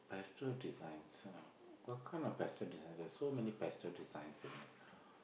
pastel designs ah what kind of pastel designs there's so many pastel designs in here